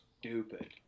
Stupid